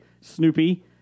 Snoopy